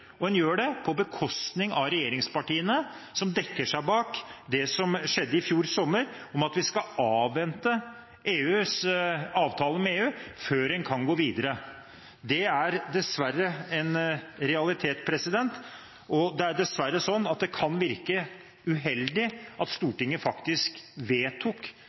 og en gjør det på bekostning av regjeringspartiene, som dekker seg bak det som skjedde i fjor sommer, om at vi skal avvente avtalen med EU før en kan gå videre. Det er dessverre en realitet, og det er dessverre sånn at det kan virke uheldig at Stortinget vedtok